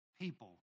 people